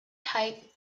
type